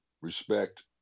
respect